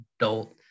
adult